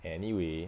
anyway